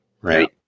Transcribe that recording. right